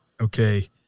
okay